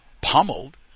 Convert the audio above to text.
pummeled